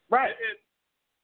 Right